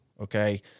okay